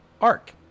Arc